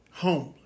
homeless